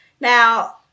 Now